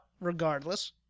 regardless